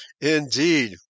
Indeed